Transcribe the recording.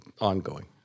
ongoing